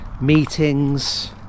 meetings